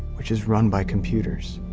which is run by computers.